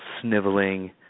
sniveling